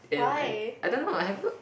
and I I don't know lah have you